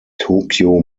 tokyo